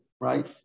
right